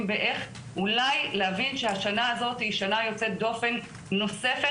באיך אולי להבין שהשנה הזאת היא שנה יוצאת דופן נוספת,